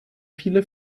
viele